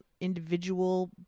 individual